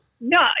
No